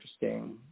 interesting